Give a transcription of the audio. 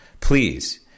Please